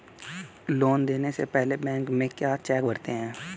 Loan देने से पहले बैंक में क्या चेक करते हैं?